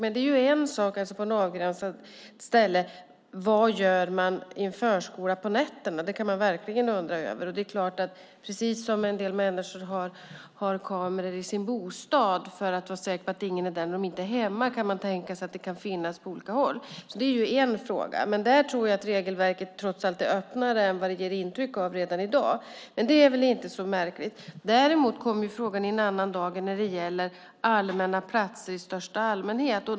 Men det är en sak på ett avgränsat ställe. Vad gör man i en förskola på nätterna? Det kan man verkligen undra. Precis som en del människor har kameror i sin bostad för att vara säkra på att ingen är där när de inte är hemma kan man tänka sig att detta kan finnas på olika håll. Det är en fråga där jag tror att regelverket trots allt redan i dag är öppnare än det ger intryck av. Men det är väl inte så märkligt. Däremot kommer frågan i en annan dager när det gäller allmänna platser i största allmänhet.